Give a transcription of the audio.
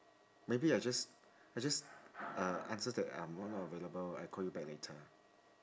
maybe I just I just uh answer that I'm not available I call you back later